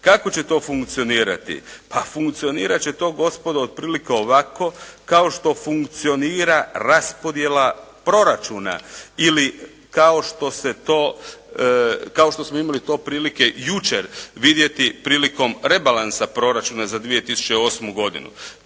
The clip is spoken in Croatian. Kako će to funkcionirati? Pa funkcionirati će to, gospodo otprilike ovako kao što funkcionira raspodjela proračuna ili kao što smo imali to prilike jučer vidjeti prilikom rebalansa proračuna za 2008. godinu,